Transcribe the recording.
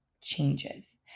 changes